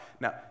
Now